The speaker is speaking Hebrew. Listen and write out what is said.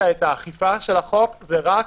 האכיפה של החוק זה רק